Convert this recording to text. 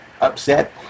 upset